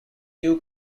dew